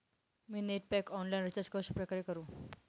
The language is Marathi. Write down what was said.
मी नेट पॅक ऑनलाईन रिचार्ज कशाप्रकारे करु?